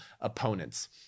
opponents